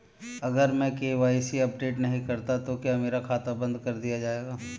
अगर मैं KYC update नहीं करता तो क्या मेरा खाता बंद कर दिया जाएगा?